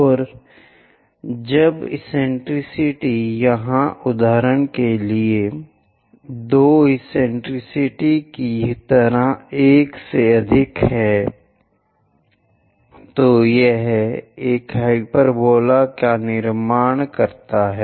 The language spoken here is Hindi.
और जब सनकी यहाँ उदाहरण के लिए 2 एक्सेंट्रिसिटी की तरह 1 से अधिक है तो यह एक हाइपरबोला का निर्माण करता है